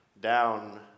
down